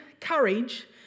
courage